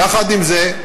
יחד עם זה,